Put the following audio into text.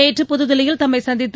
நேற்று புதுதில்லியில் தம்மை சந்தித்து